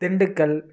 Dindigul